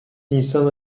nisan